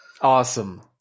Awesome